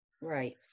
Right